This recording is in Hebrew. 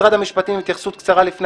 משרד המשפטים, התייחסות קצרה לפני